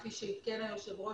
כפי שעדכן היושב ראש,